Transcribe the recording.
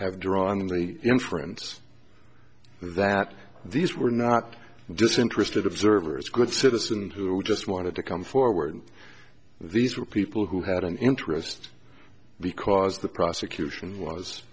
have drawn the inference that these were not disinterested observers good citizens who just wanted to come forward these were people who had an interest because the prosecution was